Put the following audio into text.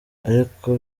ariko